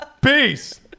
Peace